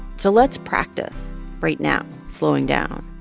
so let's practice right now slowing down.